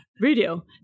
Radio